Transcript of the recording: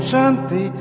Shanti